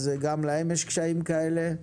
אז גם להם יש קשיים כאלה,